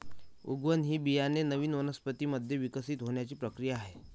उगवण ही बियाणे नवीन वनस्पतीं मध्ये विकसित होण्याची प्रक्रिया आहे